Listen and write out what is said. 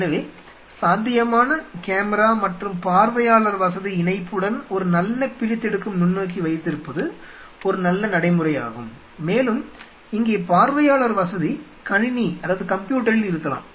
எனவே சாத்தியமான கேமரா மற்றும் பார்வையாளர் வசதி இணைப்புடன் ஒரு நல்ல பிரித்தெடுக்கும் நுண்ணோக்கி வைத்திருப்பது ஒரு நல்ல நடைமுறையாகும் மேலும் இந்த பார்வையாளர் வசதி கணினியில் இருக்கலாம்